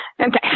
Okay